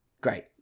Great